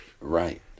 right